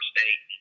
State